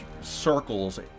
circles